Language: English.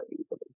easily